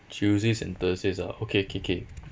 tuesdays and thursdays ah okay okay okay